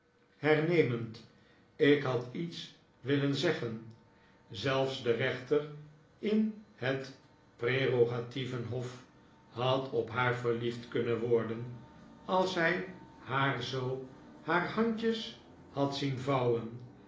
hernemend ik had iets willen zeggen zelfs de rechter in het prerogatieven hof had op haar verliefd kunnen worden als hij haar zoo haar handjes had zien vouwen